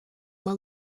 uma